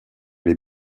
les